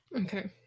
Okay